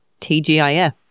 TGIF